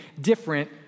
different